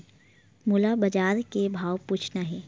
मोला बजार के भाव पूछना हे?